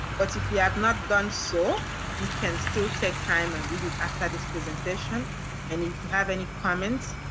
but if you have not done so, you can still take time and read it after this presentation and if you have any comments,